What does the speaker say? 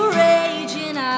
raging